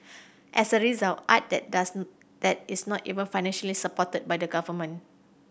as a result art that does that is not even financially supported by the government